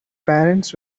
parents